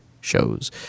shows